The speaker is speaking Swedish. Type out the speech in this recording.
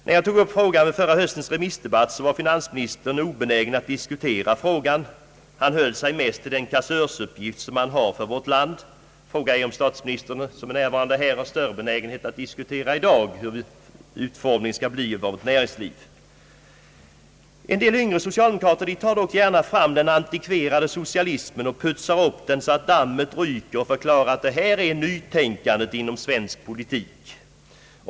När jag tog upp denna fråga vid förra höstens remissdebatt var finansministern obenägen att diskutera den — han höll sig mest till den kassörsuppgift som han har för vårt land. Frågan är om statsministern — som nu är närvarande här — har större benägenhet att i dag diskutera utformningen av vårt näringsliv. En del yngre socialdemokrater tar dock gärna fram den antikverade socialismen och putsar upp den så att dammet ryker och förklarar att detta är »nytänkandet inom svensk politik».